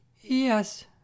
Yes